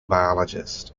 biologists